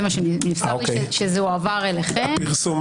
נמסר שזה הועבר אליכם.